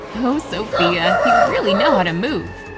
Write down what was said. ooh, sophia, you really know how to move!